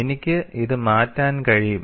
എനിക്ക് ഇത് മാറ്റാൻ കഴിയും